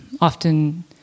often